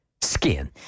skin